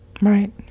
Right